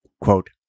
Quote